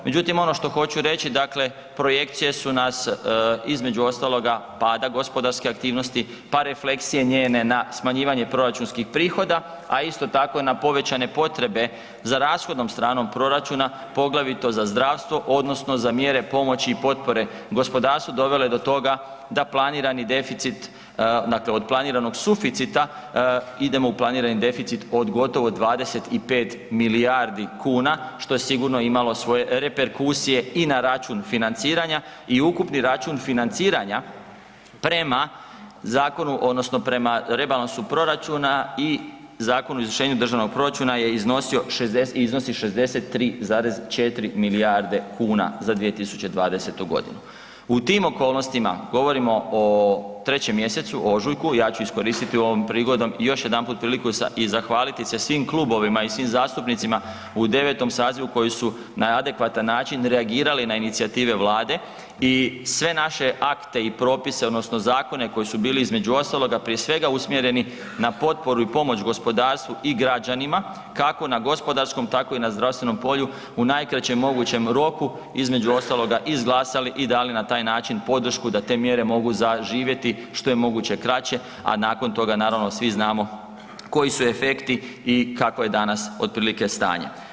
Međutim, ono što hoću reći, dakle, projekcije su nas, između ostaloga, pada gospodarske aktivnosti, pa refleksije njene na smanjivanje proračunskih prihoda, a isto tako na povećane potrebe za rashodnom stranom proračuna, poglavito za zdravstvo, odnosno za mjere pomoći i potpore gospodarstvu, dovele do toga da planirani deficit, dakle od planiranog suficita idemo u planirani deficit od gotovo 25 milijardi kuna, što je sigurno imali svoje reperkusije i na račun financiranja i ukupni račun financiranja prema zakonu, odnosno prema rebalansu proračuna i Zakonu o izvršenju državnog proračuna je iznosio, iznosi 63,4 milijarde kuna za 2020. g. U tim okolnostima, govorimo o 3. mj., ožujku, ja ću iskoristiti ovog prihodom i još jedanput priliku i zahvaliti se svim klubovima i svim zastupnicima u 9. sazivu koji su na adekvatan način reagirali na inicijative Vlade i sve naše akte i propise, odnosno zakone koji su bili, između ostaloga, prije svega, usmjereni na potporu i pomoć gospodarstvu i građanima, kako na gospodarskom, tako i na zdravstvenom polju, u najkraćem mogućem roku, između ostaloga, izglasali i dali na taj način podršku da te mjere mogu zaživjeti što je moguće kraće, a nakon toga, naravno, svi znamo, koji su efekti i kako je danas, otprilike stanje.